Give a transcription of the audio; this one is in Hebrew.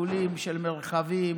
לולים של מרחבים,